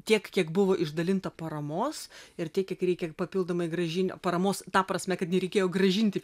tiek kiek buvo išdalinta paramos ir tiek kiek reikia papildomai grąžino paramos ta prasme kad nereikėjo grąžinti